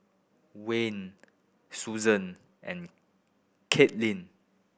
Wayne Suzy and Kathaleen